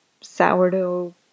sourdough